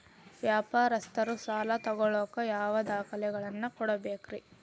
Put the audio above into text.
ವ್ಯಾಪಾರಸ್ಥರು ಸಾಲ ತಗೋಳಾಕ್ ಯಾವ ದಾಖಲೆಗಳನ್ನ ಕೊಡಬೇಕ್ರಿ?